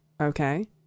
okay